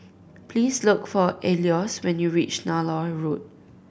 please look for Alois when you reach Nallur Road